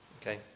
Okay